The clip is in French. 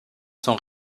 sont